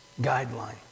guideline